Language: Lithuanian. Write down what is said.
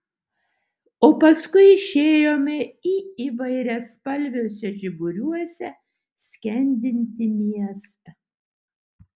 o paskui išėjome į įvairiaspalviuose žiburiuose skendintį miestą